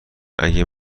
اگر